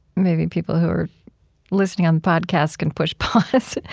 maybe people who are listening on the podcast can push pause.